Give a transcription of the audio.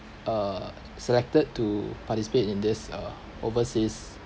uh selected to participate in this uh overseas